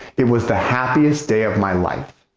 it was the happiest day of my life.